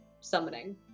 summoning